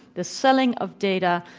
the selling of data,